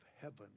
heaven